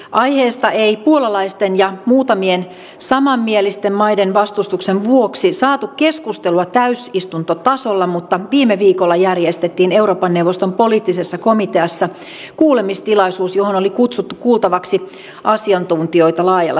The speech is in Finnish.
aiheesta ei puolalaisten ja muutamien samanmielisten maiden vastustuksen vuoksi saatu keskustelua täysistuntotasolla mutta viime viikolla järjestettiin euroopan neuvoston poliittisessa komiteassa kuulemistilaisuus johon oli kutsuttu kuultavaksi asiantuntijoita laajalla skaalalla